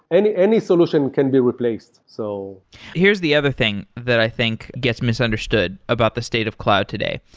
and any solution can be replaced. so here's the other thing that i think gets misunderstood about the state of cloud today.